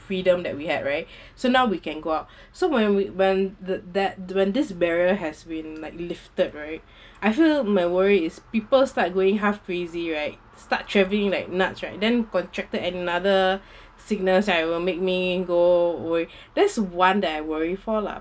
freedom that we had right so now we can go out so when we when that that when this barrier has been might lifted right I feel my worry is people start going half crazy right start travelling like nuts right then contracted another sickness right will make me go away that's one that I worry for lah